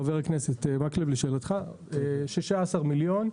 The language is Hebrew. חבר הכנסת מקלב, לשאלתך 16 מיליון.